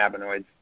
cannabinoids